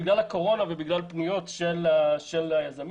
בגלל הקורונה ובגלל פניות של יזמים